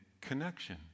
connection